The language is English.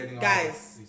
guys